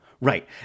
Right